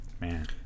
man